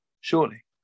surely